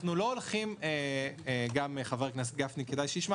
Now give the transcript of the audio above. אנחנו לא אומרים, כדאי שישמע